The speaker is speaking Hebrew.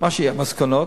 מה יהיו המסקנות,